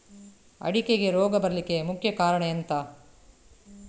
ಅಡಿಕೆಗೆ ರೋಗ ಬರ್ಲಿಕ್ಕೆ ಮುಖ್ಯ ಕಾರಣ ಎಂಥ?